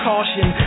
caution